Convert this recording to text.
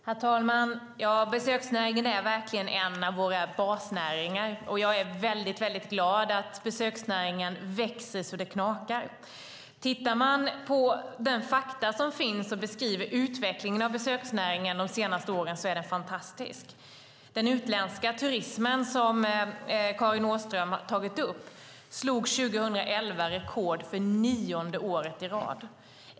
Herr talman! Ja, besöksnäringen är verkligen en av våra basnäringar, och jag är väldigt glad att besöksnäringen växer så det knakar. Tittar man på de fakta som beskriver utvecklingen av besöksnäringen de senaste åren ser man att den är fantastisk. Den utländska turismen, som Karin Åström har tagit upp, slog 2011 rekord för nionde året i rad.